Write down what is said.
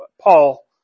Paul